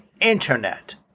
internet